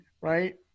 right